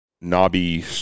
knobby